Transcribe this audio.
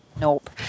nope